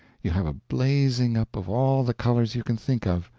you have a blazing up of all the colors you can think of,